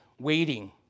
waiting